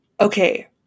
okay